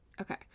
Okay